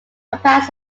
compounds